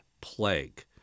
plague